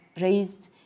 raised